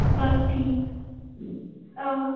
بس تی آ